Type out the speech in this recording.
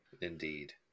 Indeed